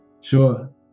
Sure